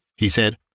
he said,